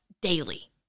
daily